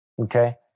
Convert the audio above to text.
okay